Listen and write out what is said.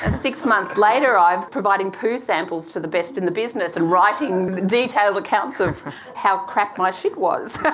and six months later i'm providing poo samples to the best in the business and writing detailed accounts of how crap my shit was, but